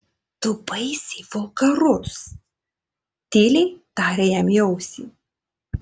tu baisiai vulgarus tyliai tarė jam į ausį